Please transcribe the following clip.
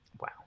Wow